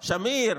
שמיר,